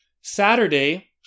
Saturday